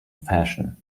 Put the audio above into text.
fashion